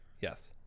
Yes